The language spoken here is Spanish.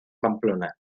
pamplona